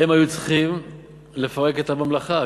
הם היו צריכים לפרק את הממלכה,